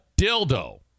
dildo